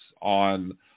on